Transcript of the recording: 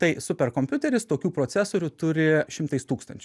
tai superkompiuteris tokių procesorių turi šimtais tūkstančių